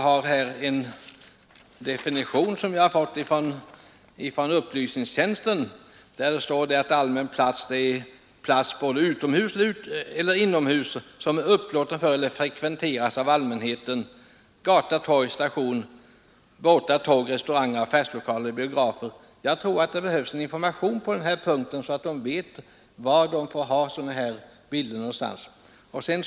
Enligt en definition, som jag fått från riksdagens upplysningstjänst, menas med allmän plats både plats utomhus och inomhus som är upplåten för eller frekventeras av allmänheten, t.ex. gata, torg, station, båtar, tåg, restauranger, affärslokaler och biografer. Jag tror att det behövs information på denna punkt, så att affärsidkarna vet var de får sätta upp bilder av ifrågavarande slag.